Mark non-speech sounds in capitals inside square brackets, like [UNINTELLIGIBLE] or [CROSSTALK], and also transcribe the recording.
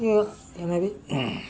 [UNINTELLIGIBLE] எனவே